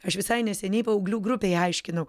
aš visai neseniai paauglių grupei aiškinau